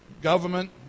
government